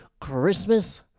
Christmas